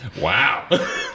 Wow